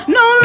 no